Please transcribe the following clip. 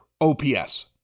OPS